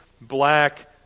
black